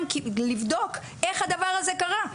לבדוק איך הדבר הזה קרה,